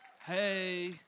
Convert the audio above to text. Hey